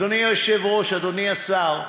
אדוני היושב-ראש, אדוני השר,